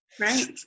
right